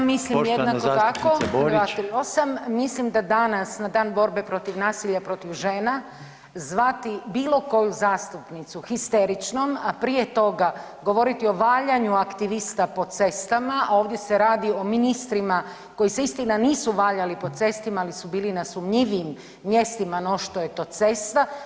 Da, mislim jednako tako, 238., mislim da danas na Dan borbe protiv nasilje protiv žena zvati bilo koju zastupnicu histeričnom, a prije toga govoriti o valjanju aktivista po cestama, ovdje se radi o ministrima koji se istina nisu valjali po cesti, ali su bili na sumnjivijim mjestima no što je to cesta.